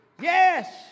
Yes